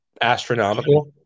astronomical